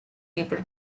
people